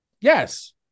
Yes